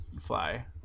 fly